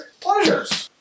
pleasures